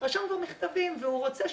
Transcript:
הוא רשם מכתבים והוא רוצה שיגיעו,